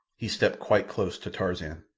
he stepped quite close to tarzan.